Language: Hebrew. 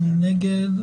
מי נגד?